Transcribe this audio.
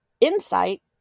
insight